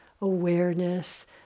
awareness